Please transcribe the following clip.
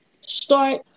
start